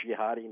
jihadi